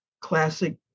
classic